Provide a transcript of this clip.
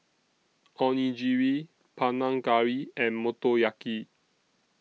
Onigiri Panang Curry and Motoyaki